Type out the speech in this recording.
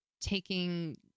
taking